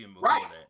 Right